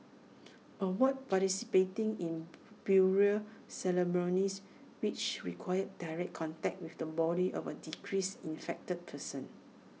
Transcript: avoid participating in burial ceremonies which require direct contact with the body of A deceased infected person